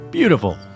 Beautiful